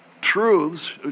truths